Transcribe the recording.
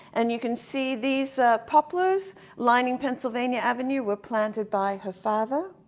and you can see these poplars lining pennsylvania avenue were planted by her father